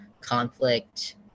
conflict